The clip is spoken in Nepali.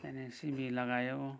त्यहाँदेखि सिमी लगायो